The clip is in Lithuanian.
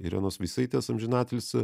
irenos veisaitės amžinatilsį